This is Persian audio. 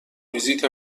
ویزیت